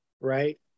right